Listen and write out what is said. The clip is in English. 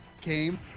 came